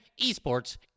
esports